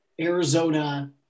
Arizona